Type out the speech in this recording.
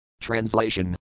Translation